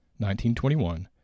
1921